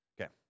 Okay